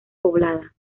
poblada